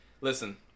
Listen